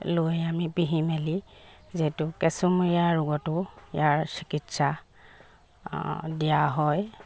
লৈ আমি পিহি মেলি যিহেতু কেঁচুমূৰীয়া ৰোগতো ইয়াৰ চিকিৎসা দিয়া হয়